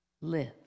live